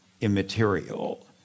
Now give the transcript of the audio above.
immaterial